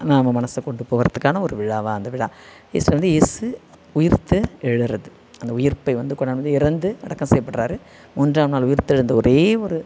நாம் மனதை கொண்டு போகிறதுக்கான ஒரு விழாவாக அந்த விழா இயேசு வந்து இயேசு உயிர்த்து எழுகிறது அந்த உயிர்ப்பை வந்து கொண்டாந்து வந்து இறந்து அடக்கம் செய்யப்படுறாரு மூன்றாம் நாள் உயிர்த்தெழுந்து ஒரே ஒரு